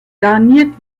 garniert